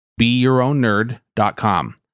beyourownnerd.com